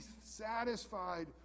satisfied